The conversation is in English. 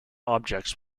objects